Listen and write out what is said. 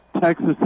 Texas